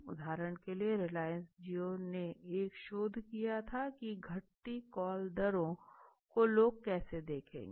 उदाहरण के लिए रिलायंस जिओ ने एक शोध किया था की घटती कॉल दरों को लोग कैसे देखेंगे